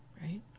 right